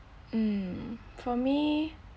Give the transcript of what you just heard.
mm for me